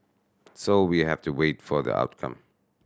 so we have to wait for the outcome